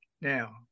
Now